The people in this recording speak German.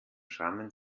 schrammen